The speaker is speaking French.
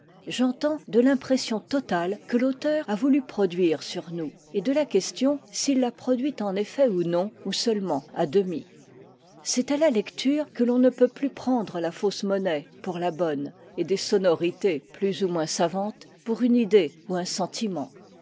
j'entends de l'impression totale que l'auteur a voulu produire sur nous et de la question s'il l'a produite en effet ou non ou seulement à demi c'est à la lecture que l'on ne peut plus prendre la fausse monnaie pour la bonne et des sonorités plus ou moins savantes pour une idée ou un sentiment